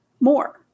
more